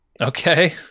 Okay